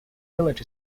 village